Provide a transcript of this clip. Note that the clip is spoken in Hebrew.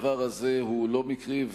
הדבר הזה הוא לא מקרי,